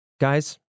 Guys